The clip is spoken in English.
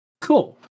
Cool